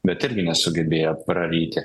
bet irgi nesugebėjo praryti